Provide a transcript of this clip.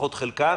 לפחות חלקן,